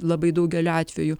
labai daugeliu atvejų